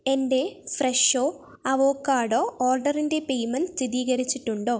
എന്റെ Fresho avocado ഓർഡറിന്റെ payment സ്ഥിതീകരിച്ചിട്ടുണ്ടോ